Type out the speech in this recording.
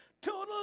Total